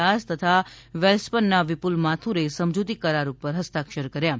દાસ તથા વેલસ્પનના વિપુલ માથૂરે સમજુતી કરાર ઉપર હસ્તાક્ષર કર્યા હતા